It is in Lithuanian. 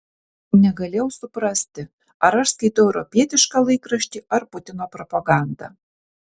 negalėjau suprasti ar aš skaitau europietišką laikraštį ar putino propagandą